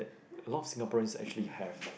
a lot of Singaporeans actually have